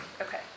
Okay